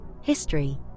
history